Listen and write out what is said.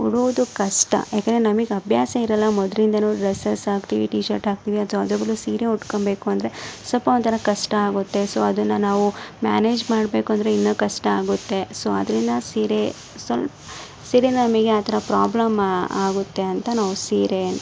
ಉಡೋದು ಕಷ್ಟ ಯಾಕಂದರೆ ನಮಗ್ ಅಭ್ಯಾಸ ಇರಲ್ಲ ಮೊದ್ಲಿಂದ ಡ್ರಸ್ಸಸ್ ಹಾಕ್ತೀವಿ ಟೀಶರ್ಟ್ ಹಾಕ್ತಿವಿ ಅಥ್ವಾ ಅದ್ರ ಬದಲು ಸೀರೆ ಉಟ್ಕೊಂಬೇಕು ಅಂದರೆ ಸ್ವಲ್ಪ ಒಂಥರ ಕಷ್ಟ ಆಗುತ್ತೆ ಸೊ ಅದನ್ನ ನಾವು ಮ್ಯಾನೇಜ್ ಮಾಡಬೇಕು ಅಂದರೆ ಇನ್ನೂ ಕಷ್ಟ ಆಗುತ್ತೆ ಸೊ ಆದ್ರಿಂದ ಸೀರೆ ಸ್ವಲ್ಪ ಸೀರೆಯಿಂದ ನಮಗೆ ಆ ಥರ ಪ್ರಾಬ್ಲಮ್ ಆಗುತ್ತೆ ಅಂತ ನಾವು ಸೀರೆ